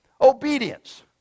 Obedience